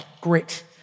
grit